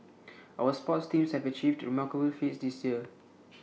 our sports teams have achieved remarkable feats this year